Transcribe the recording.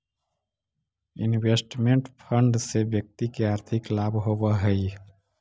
investment fund से व्यक्ति के आर्थिक लाभ होवऽ हई